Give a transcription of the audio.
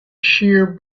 sheer